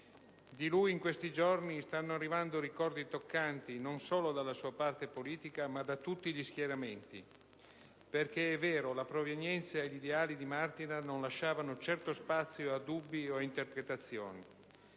Di lui, in questi giorni, stanno arrivando ricordi toccanti, non solo dalla sua parte politica, ma da tutti gli schieramenti. È vero che la provenienza e gli ideali di Martinat non lasciavano certo spazio a dubbi o a interpretazioni.